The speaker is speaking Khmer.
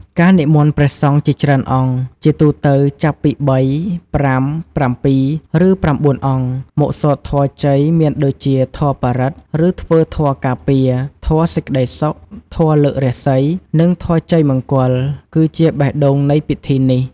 ការនិមន្តព្រះសង្ឃជាច្រើនអង្គ ជាទូទៅចាប់ពី ៣, ៥, ៧, ឬ ៩ អង្គ មកសូត្រធម៌ជ័យមានដូចជាធម៌បរិត្ត ឬធ្វើធម៌ការពារ, ធម៌សេចក្ដីសុខ, ធម៌លើករាសី, និងធម៌ជ័យមង្គល គឺជាបេះដូងនៃពិធីនេះ។